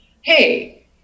hey